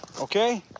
Okay